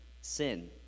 sin